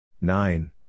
Nine